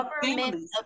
Government